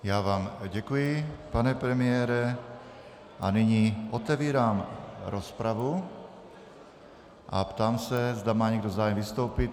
Já vám děkuji, pane premiére, a nyní otevírám rozpravu a ptám se, zda má někdo zájem vystoupit.